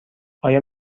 آیا